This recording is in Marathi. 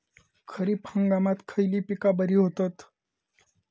खरीप हंगामात खयली पीका बरी होतत?